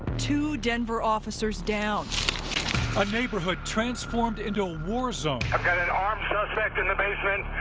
two denver officers down a neighborhood transformed into a war zone. i've got an armed suspect in the basement.